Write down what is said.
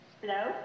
Hello